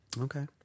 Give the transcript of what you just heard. Okay